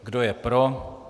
Kdo je pro?